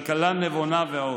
כלכלה נבונה ועוד.